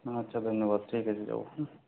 আচ্ছা ধন্যবাদ ঠিক আছে যাব হুম